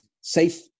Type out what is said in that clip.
safe